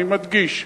אני מדגיש,